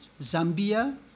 Zambia